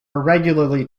irregularly